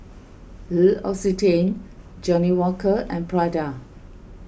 L'Occitane Johnnie Walker and Prada